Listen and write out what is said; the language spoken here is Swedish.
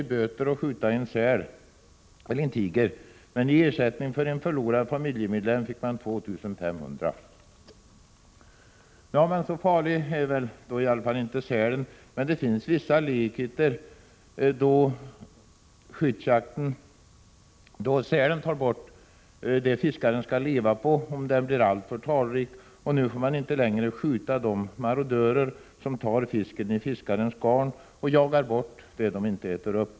i böter att skjuta en tiger, men i ersättning för en förlorad familjemedlem fick man 2 500 kr. Nå, så farlig är väl inte sälen, men det finns vissa likheter. Om sälen blir för talrik, tar den bort det som fiskaren skall leva på. Nu får man inte längre skjuta de marodörer som tar fisken i fiskarens garn och jagar bort det som de inte äter upp.